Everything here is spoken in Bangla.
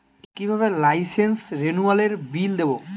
কিভাবে লাইসেন্স রেনুয়ালের বিল দেবো?